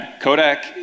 Kodak